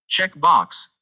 Checkbox